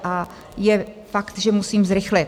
A je fakt, že musím zrychlit.